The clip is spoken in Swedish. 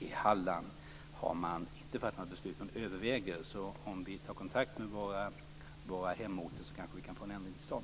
I Halland har man inte fattat beslut men man överväger detta, så om vi tar kontakt med våra hemorter kan vi kanske få en ändring till stånd.